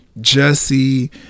Jesse